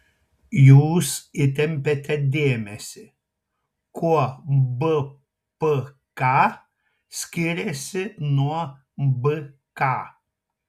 jūs įtempiate dėmesį kuo bpk skiriasi nuo bk